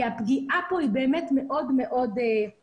כי הפגיעה פה היא באמת מאוד רחבה.